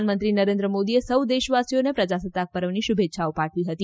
પ્રધાનમંત્રી નરેન્દ્ર મોદીએ સૌ દેશવાસીઓને પ્રજાસત્તાક પર્વની શુભેચ્છાઓ પાઠવી હતી